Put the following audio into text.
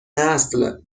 نسل